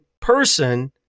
person